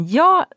jag